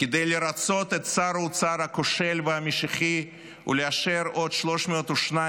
כדי לרצות את שר האוצר הכושל והמשיחי ולאשר עוד 302